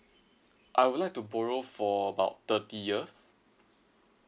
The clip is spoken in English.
I would like to borrow for about thirty years